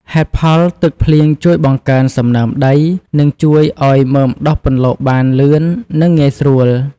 ហេតុផល ទឹកភ្លៀងជួយបង្កើនសំណើមដី និងជួយឱ្យមើមដុះពន្លកបានលឿននិងងាយស្រួល។